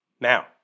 Now